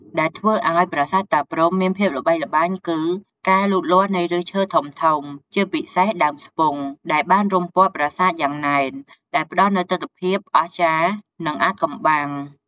ដែលធ្វើឱ្យប្រាសាទតាព្រហ្មមានភាពល្បីល្បាញគឺ ការលូតលាស់នៃឫសឈើធំៗ ជាពិសេសដើមស្ពុង ដែលបានរុំព័ទ្ធប្រាសាទយ៉ាងណែន ដែលផ្តល់នូវទិដ្ឋភាពដ៏អស្ចារ្យ និងអាថ៌កំបាំង។